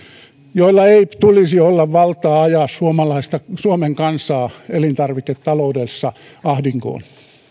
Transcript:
joilla ei tulisi olla valtaa ajaa suomen kansaa elintarviketaloudessa ahdinkoon